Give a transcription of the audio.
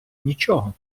нічого